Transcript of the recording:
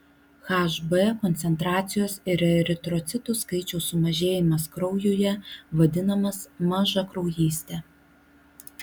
hb koncentracijos ir eritrocitų skaičiaus sumažėjimas kraujuje vadinamas mažakraujyste